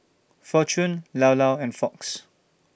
Fortune Llao Llao and Fox